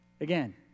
Again